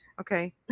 okay